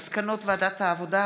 מסקנות ועדת העבודה,